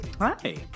Hi